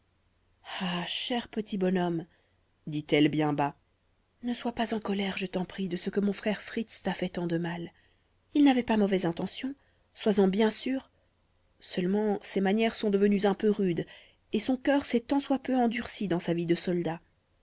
cher petit bonhomme dit-elle bien bas ne sois pas en colère je t'en prie de ce que mon frère fritz t'a fait tant de mal il n'avait pas mauvaise intention sois-en bien sûr seulement ses manières sont devenues un peu rudes et son cœur s'est tant soit peu endurci dans sa vie de soldat